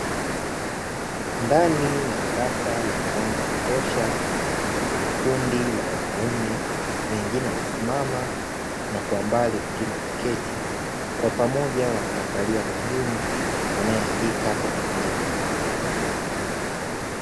Ndani ya darasa lenye mwanga wa kutosha kuna kundi la wanaume, wengine wamesimama na kwa mbali wengine wameketi. Kwa pamoja wanamwangalia mwalimu anayeandika kwa kutumia kalamu.